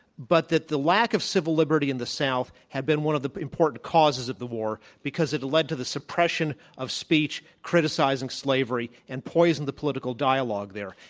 but that the lack of civil liberty in the south had been one of the important causes of the war, because it led to the suppression of speech, criticizing slavery, and poisoned the political dialogue there.